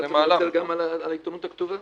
ונאלצנו לוותר גם על העיתונות הכתובה.